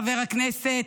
חבר הכנסת,